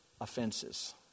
offenses